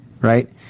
right